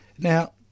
Now